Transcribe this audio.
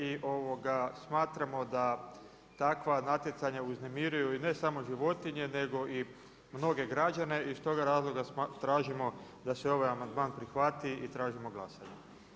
I smatramo da takva natjecanja uznemiruju i ne samo životinje, nego i mnoge građane i iz toga razloga tražimo da se ovaj amandman prihvati i tražimo glasanje.